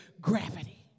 Gravity